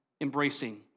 embracing